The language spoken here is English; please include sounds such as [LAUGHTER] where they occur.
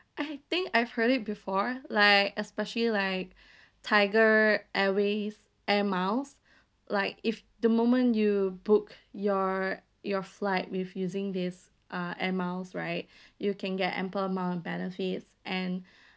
I think I've heard it before like especially like [BREATH] tiger airways air miles like if the moment you book your your flight with using this uh air miles right [BREATH] you can get ample amount of benefits and [BREATH]